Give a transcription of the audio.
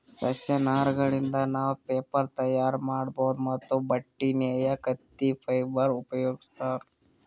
ಸಸ್ಯ ನಾರಗಳಿಂದ್ ನಾವ್ ಪೇಪರ್ ತಯಾರ್ ಮಾಡ್ಬಹುದ್ ಮತ್ತ್ ಬಟ್ಟಿ ನೇಯಕ್ ಹತ್ತಿ ಫೈಬರ್ ಉಪಯೋಗಿಸ್ತಾರ್